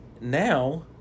now